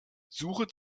suche